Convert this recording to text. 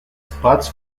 spats